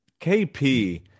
KP